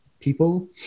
people